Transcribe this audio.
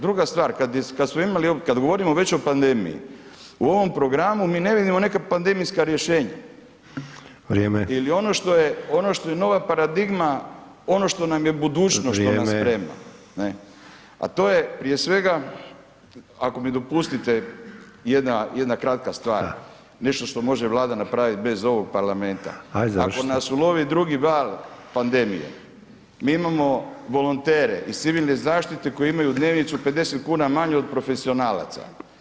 Druga stvar, kad govorimo već o pandemiji, u ovom programu mi ne vidimo neka pandemijska rješenja [[Upadica: Vrijeme]] Ili ono što je, ono što je nova paradigma, ono što nam je budućnost [[Upadica: Vrijeme]] što nam sprema, ne, a to je prije svega, ako mi dopustite jedna, jedna kratka stvar [[Upadica: Šta?]] Nešto što može vlada napravit bez ovog parlamenta [[Upadica: Ajde završite]] Ako nas ulovi drugi val pandemije, mi imamo volontere iz civilne zaštite koji imaju dnevnicu 50 kuna manju od profesionalaca.